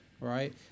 right